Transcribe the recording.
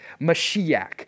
Mashiach